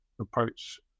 approach